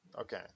Okay